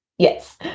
Yes